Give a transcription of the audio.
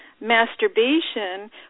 Masturbation